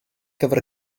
gyfer